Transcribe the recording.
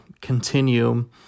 continue